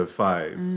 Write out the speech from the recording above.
five